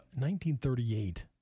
1938